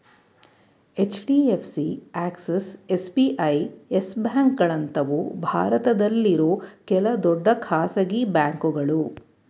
HDFC, Axis, SBI, Yes ಬ್ಯಾಂಕ್ಗಳಂತವು ಭಾರತದಲ್ಲಿರೋ ಕೆಲ ದೊಡ್ಡ ಖಾಸಗಿ ಬ್ಯಾಂಕುಗಳು